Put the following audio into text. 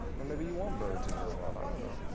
or maybe you want birds in your world, i don't know.